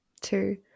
two